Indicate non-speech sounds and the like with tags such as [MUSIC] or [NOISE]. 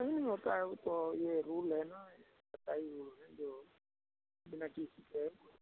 नहीं नहीं होता है वो तो ये रूल है न ये सरकारी रूल है जो बिना टी सी के [UNINTELLIGIBLE]